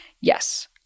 Yes